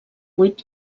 buit